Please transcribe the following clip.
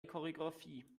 choreografie